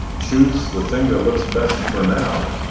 choose the thing that looks best for now,